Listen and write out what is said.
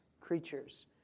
creatures